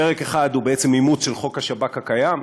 פרק אחד הוא בעצם אימוץ של חוק השב"כ הקיים,